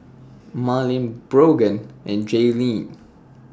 Marleen Brogan and Jaelynn